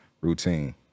routine